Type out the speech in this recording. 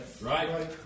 Right